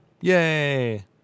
Yay